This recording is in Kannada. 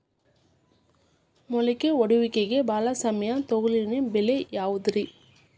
ಮೊಳಕೆ ಒಡೆಯುವಿಕೆಗೆ ಭಾಳ ಸಮಯ ತೊಗೊಳ್ಳೋ ಬೆಳೆ ಯಾವುದ್ರೇ?